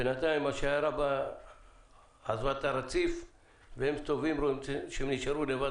בינתיים השיירה עזבה את הרציף והם רואים שהם נשארו לבד